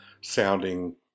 sounding